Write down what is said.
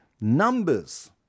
numbers